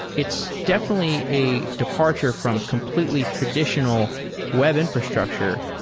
it's definitely a departure from completely traditional web infrastructure.